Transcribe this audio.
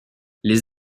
les